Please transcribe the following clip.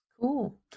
cool